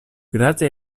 grazie